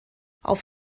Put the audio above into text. auf